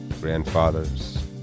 grandfathers